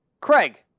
Craig